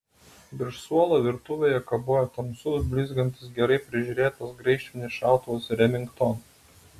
virš suolo virtuvėje kabojo tamsus blizgantis gerai prižiūrėtas graižtvinis šautuvas remington